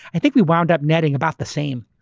i think we wound up netting about the same.